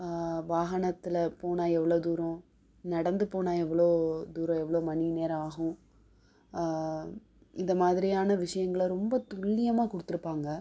வாகனத்தில் போனால் எவ்வளோ தூரம் நடந்து போனால் எவ்வளோ தூரம் எவ்வளோ மணி நேரம் ஆகும் இந்த மாதிரியான விஷயங்கள ரொம்ப துல்லியமாக கொடுத்துருப்பாங்க